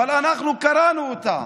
אבל אנחנו קרענו אותה.